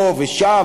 פה ושם,